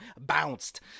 bounced